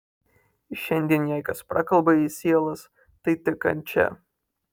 šiandien jei kas prakalba į sielas tai tik kančia